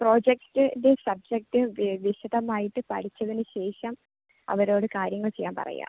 project ഇത് subject വിശദമായിട്ട് പഠിച്ചതിന് ശേഷം അവരോട് കാര്യങ്ങൾ ചെയ്യാൻ പറയാം